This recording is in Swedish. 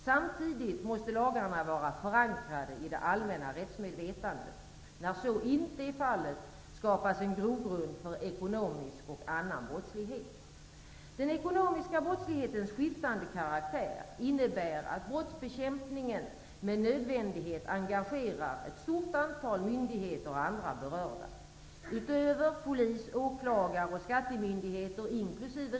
Samtidigt måste lagarna vara förankrade i det allmänna rättsmedvetandet. När så inte är fallet skapas en grogrund för ekonomisk och annan brottslighet. Den ekonomiska brottslighetens skiftande karaktär innebär att brottsbekämpningen med nödvändighet engagerar ett stort antal myndigheter och andra berörda. Utöver polis, åklagar och skattemyndigheter, inkl.